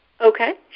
Okay